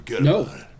No